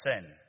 sin